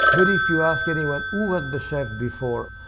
but if you ask anyone who was the chef before